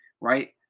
Right